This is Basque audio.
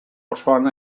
osoan